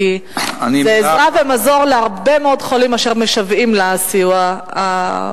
כי זה עזרה ומזור להרבה מאוד חולים אשר משוועים לסיוע הזה.